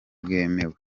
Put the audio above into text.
bwemewe